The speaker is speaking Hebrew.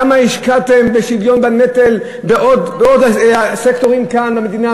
כמה השקעתם בשוויון בנטל בעוד סקטורים כאן במדינה,